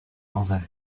l’envers